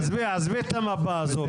עזבי את המפה הזאת,